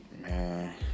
Man